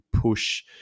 push